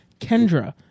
Kendra